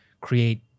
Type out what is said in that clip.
create